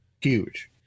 Huge